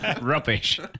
rubbish